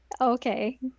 Okay